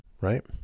right